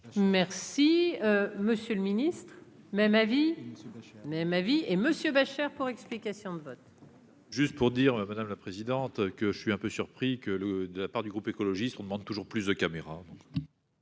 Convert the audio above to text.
Merci, monsieur le Ministre, même avis même avis. Et Monsieur Beuchere pour explication de vote. Juste pour dire, madame la présidente, que je suis un peu surpris que le de la part du groupe écologiste on demande toujours plus de caméras